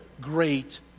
great